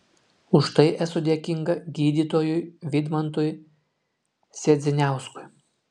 už tai esu dėkinga gydytojui vidmantui sedziniauskui